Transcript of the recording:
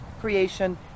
creation